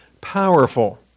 powerful